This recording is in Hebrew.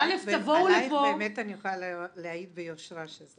עלייך באמת אני יכולה להעיד ביושרה.